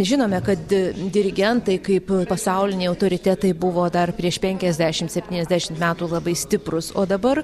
žinome kad dirigentai kaip pasauliniai autoritetai buvo dar prieš penkiasdešimt septyniasdešimt metų labai stiprūs o dabar